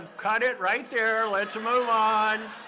cut it right there, let's move on.